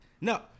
No